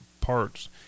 parts